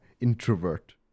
introvert